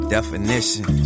Definition